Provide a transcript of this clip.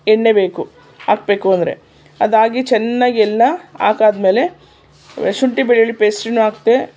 ಎಣ್ಣೆ ಬೇಕು ಹಾಕಬೇಕು ಅಂದರೆ ಅದಾಗಿ ಚೆನ್ನಾಗಿ ಎಲ್ಲ ಹಾಕಾದ್ಮೇಲೆ ಶುಂಠಿ ಬೆಳ್ಳುಳ್ಳಿ ಪೇಸ್ಟನ್ನೂ ಹಾಕಿದೆ